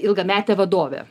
ilgametė vadovė